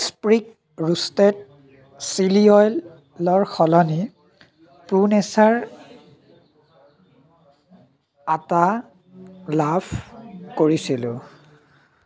sprig roasted chilli অইলৰ সলনি pro nature আটা লাভ কৰিছিলোঁ